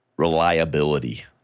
reliability